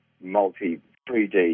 multi-3D